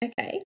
Okay